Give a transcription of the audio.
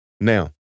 Now